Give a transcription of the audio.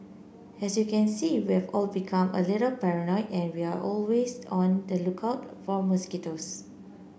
as you can see we've all become a little paranoid and we're always on the lookout for mosquitoes